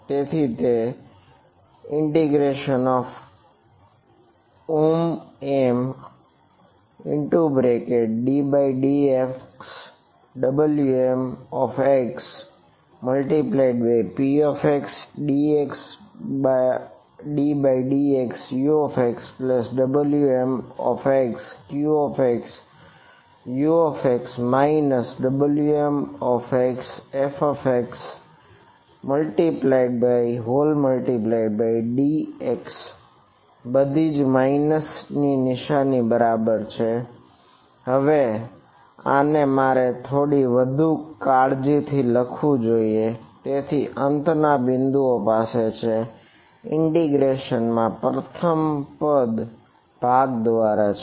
તેથી mddxWmxpxddxUxWmxqxUx Wmxfxdx બધીજ minus માં પ્રથમ પદ ભાગ દ્વારા છે